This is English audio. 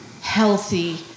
healthy